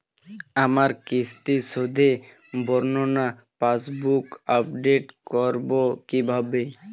আমার কিস্তি শোধে বর্ণনা পাসবুক আপডেট করব কিভাবে?